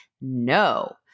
No